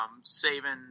saving